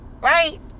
right